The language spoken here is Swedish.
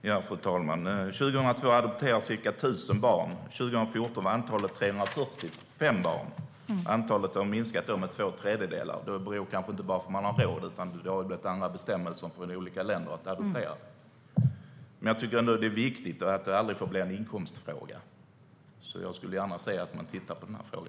Fru talman! År 2002 adopterades ca 1 000 barn. År 2014 uppgick antalet till 345. Antalet har alltså minskat med två tredjedelar. Det beror kanske inte bara på att man inte har råd, utan det råder andra bestämmelser om adoption i olika länder. Men det är viktigt att det aldrig får bli en inkomstfråga. Jag skulle gärna se att man tittar på detta.